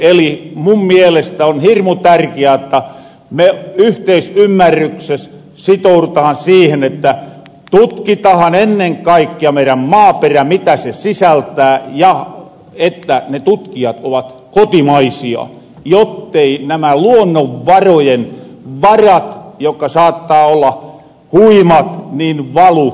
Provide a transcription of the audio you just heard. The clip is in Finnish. eli mun mielestä on hirmu tärkiää jotta me yhteisymmärrykses sitourutahan siihen että tutkitahan ennen kaikkea meirän maaperä mitä se sisältää ja että ne tutkijat ovat kotimaisia jottei nämä luonnonvarojen varat jokka saattaa olla huimat valu ulukomaille